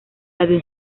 avión